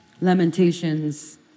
Lamentations